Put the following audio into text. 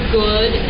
good